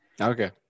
Okay